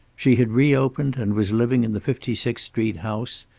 she had re-opened and was living in the fifty sixth street house,